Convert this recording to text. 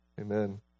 amen